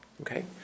Okay